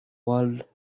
world